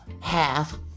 half